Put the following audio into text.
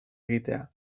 egitea